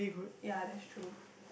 yeah that's true